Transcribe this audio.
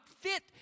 fit